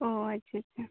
ᱚᱸᱻ ᱟᱪᱪᱷᱟ ᱟᱪᱪᱷᱟ ᱟᱪᱪᱷᱟ